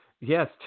yes